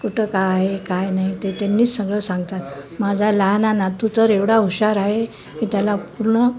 कुठं काय आहे काय नाही ते त्यांनीच सगळं सांगतात माझा लहान नातू तर एवढा हुशार आहे की त्याला पूर्ण